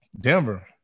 Denver